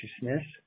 consciousness